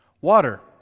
Water